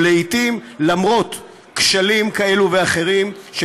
ולעתים למרות כשלים כאלה ואחרים של